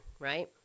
Right